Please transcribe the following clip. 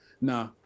nah